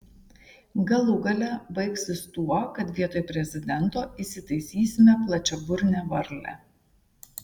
galų gale baigsis tuo kad vietoj prezidento įsitaisysime plačiaburnę varlę